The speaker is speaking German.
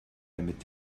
damit